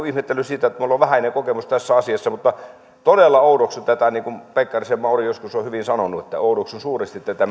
ihmettelyni siitä että minulla on vähäinen kokemus tässä asiassa mutta todella oudoksun tätä niin kuin pekkarisen mauri joskus on hyvin sanonut oudoksun suuresti tätä